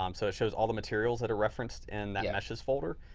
um so it shows all the materials that are referenced in that meshes folder.